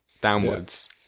downwards